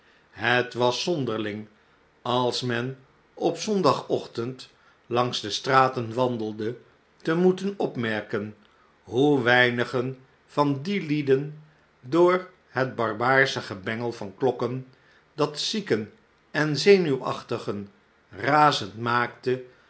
het was zonderling als men op zondagochtend langs de straten wandelde te moeten opmerkenhoe weinigen van die lieden door het barbaarsche gebengel van klokken dat zieken en zenuwachtigen razend maakte